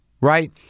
right